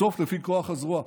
בסוף לפי כוח הזרוע.